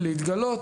להתגלות,